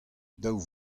daou